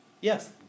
Yes